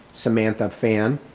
samantha fan,